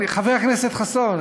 חבר הכנסת חסון,